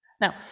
Now